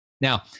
Now